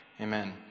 amen